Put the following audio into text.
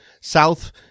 south